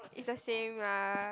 is the same lah